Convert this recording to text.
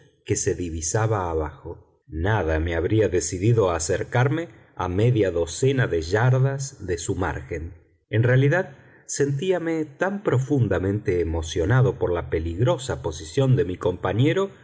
que se divisaba abajo nada me habría decidido a acercarme a media docena de yardas de su margen en realidad sentíame tan profundamente emocionado por la peligrosa posición de mi compañero